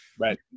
Right